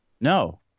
no